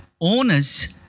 owners